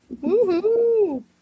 Woo-hoo